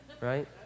right